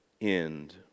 end